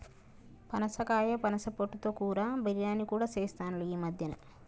పనసకాయ పనస పొట్టు తో కూర, బిర్యానీ కూడా చెస్తాండ్లు ఈ మద్యన